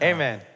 Amen